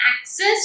access